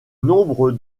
nombre